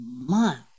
month